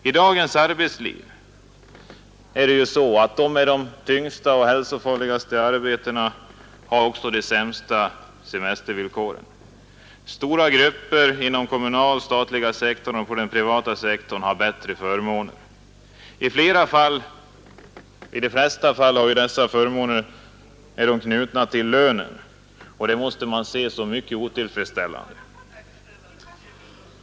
I dagens arbetsliv är det så att de som har de tyngsta och hälsofarligaste arbetena har de sämsta semestervillkoren. Stora grupper inom den kommunala och statliga sektorn och på den privata sektorn har bättre förmåner. I de flesta fall är dessa förmåner knutna till lönen, och det måste man se som mycket otillfredsställande.